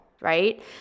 right